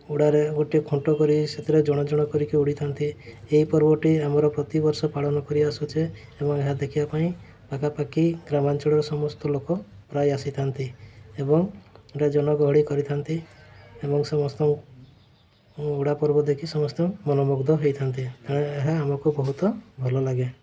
ଉଡ଼ାରେ ଗୋଟିଏ ଖୁଣ୍ଟ କରି ସେଥିରେ ଜଣ ଜଣ କରିକି ଉଡ଼ିଥାନ୍ତି ଏହି ପର୍ବଟି ଆମର ପ୍ରତି ବର୍ଷ ପାଳନ କରିଆସୁଛେ ଏବଂ ଏହା ଦେଖିବା ପାଇଁ ପାଖାପାଖି ଗ୍ରାମାଞ୍ଚଳର ସମସ୍ତ ଲୋକ ପ୍ରାୟ ଆସିଥାନ୍ତି ଏବଂ ଜନ ଗହଳି କରିଥାନ୍ତି ଏବଂ ସମସ୍ତଙ୍କୁ ଉଡ଼ା ପର୍ବ ଦେଖି ସମସ୍ତେ ମନମୁଗ୍ଧ ହୋଇଥାନ୍ତି କାରଣ ଏହା ଆମକୁ ବହୁତ ଭଲ ଲାଗେ